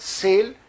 sale